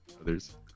others